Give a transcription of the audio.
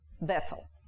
Bethel